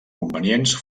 convenients